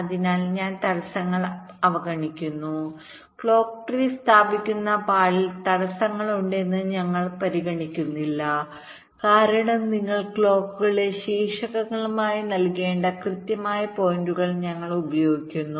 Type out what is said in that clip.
അതിനാൽ ഞങ്ങൾ തടസ്സങ്ങൾ അവഗണിക്കുന്നു ക്ലോക്ക് ട്രീ സ്ഥാപിക്കുന്ന പാളിയിൽ തടസ്സങ്ങളുണ്ടെന്ന് ഞങ്ങൾ പരിഗണിക്കുന്നില്ല കാരണം നിങ്ങൾ ക്ലോക്കുകളെ ശീർഷങ്ങളായി നൽകേണ്ട കൃത്യമായ പോയിന്റുകൾ ഞങ്ങൾ ഉപയോഗിക്കുന്നു